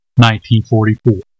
1944